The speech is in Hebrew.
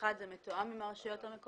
ראשית, התעריף הזה מתואם עם השלטון המקומי.